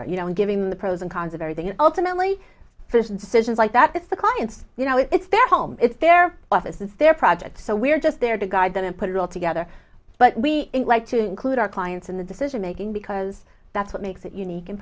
are you know and given the pros and cons of everything ultimately decisions like that it's the client's you know it's their home it's their office it's their project so we're just there to guide them and put it all together but we like to include our clients in the decision making because that's what makes it unique and